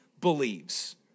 believes